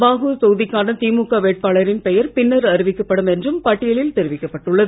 பாகூர் தொகுதிக்கான திமுக வேட்பாளரின் பெயர் பின்னர் அறிவிக்கப்படும் என்றும் பட்டியலில் தெரிவிக்கப் பட்டுள்ளது